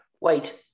Wait